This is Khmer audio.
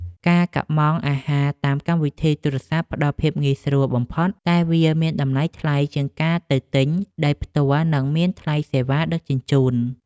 ការកម្ម៉ង់អាហារតាមកម្មវិធីទូរស័ព្ទផ្ដល់ភាពងាយស្រួលបំផុតតែវាមានតម្លៃថ្លៃជាងការទៅទិញដោយផ្ទាល់និងមានថ្លៃសេវាដឹកជញ្ជូន។